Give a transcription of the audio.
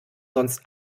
sonst